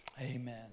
amen